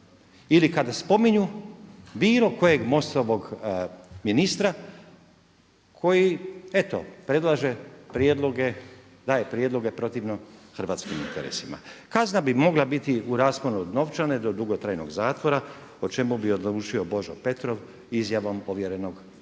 ili kad spominju bilo kojeg MOST-ovog ministra koji eto predlaže prijedloge, daje prijedloge protivno hrvatskim interesima. Kazna bi mogla biti u rasponu od novčane do dugotrajnog zatvora o čemu bi odlučio Božo Petrov izjavom ovjerenom kod